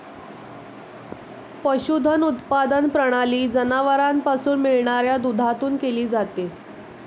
पशुधन उत्पादन प्रणाली जनावरांपासून मिळणाऱ्या दुधातून केली जाते